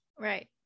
Right